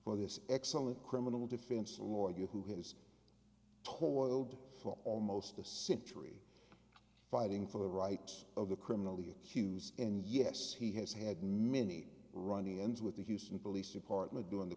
for this excellent criminal defense lawyer who has told for almost a century fighting for the rights of the criminally accused and yes he has had many run ins with the houston police department during the